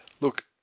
Look